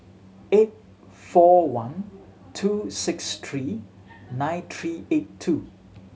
eight four one two six three nine three eight two